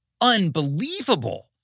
unbelievable